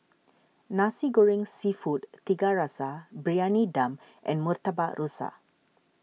Nasi Goreng Seafood Tiga Rasa Briyani Dum and Murtabak Rusa